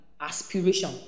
aspiration